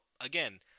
Again